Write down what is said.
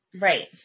Right